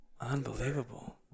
unbelievable